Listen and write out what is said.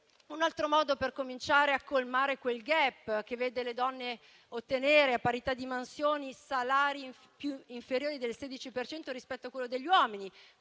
un altro modo per cominciare a colmare quel *gap* che vede le donne ottenere, a parità di mansioni, salari inferiori del 16 per cento rispetto a quelli degli uomini.